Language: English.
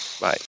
Bye